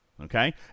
okay